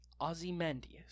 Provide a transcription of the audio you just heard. Ozymandias